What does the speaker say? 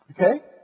okay